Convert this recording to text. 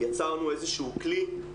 יצרנו איזשהו כלי.